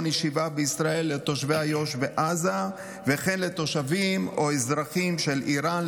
ישיבה בישראל לתושבי איו"ש ועזה וכן לתושבים או אזרחים של איראן,